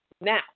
now